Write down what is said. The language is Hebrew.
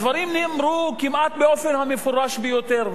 הדברים נאמרו כמעט באופן המפורש ביותר.